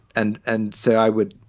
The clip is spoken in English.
and and so i would